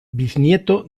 bisnieto